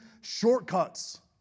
shortcuts